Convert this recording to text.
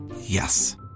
Yes